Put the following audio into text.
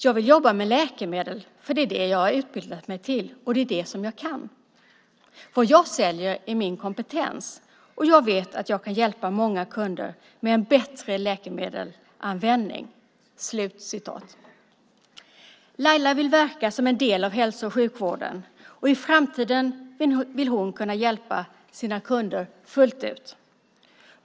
Jag vill jobba med läkemedel, för det är det jag har utbildat mig för och det är det som jag kan. Det jag säljer är min kompetens, och jag vet att jag kan hjälpa många kunder med en bättre läkemedelsanvändning. Laila vill verka som en del av hälso och sjukvården, och i framtiden vill hon kunna hjälpa sina kunder fullt ut.